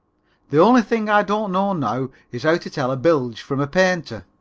the only thing i don't know now is how to tell a bilge from a painter.